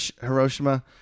Hiroshima